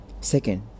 Second